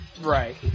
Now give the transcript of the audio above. Right